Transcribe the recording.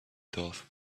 thought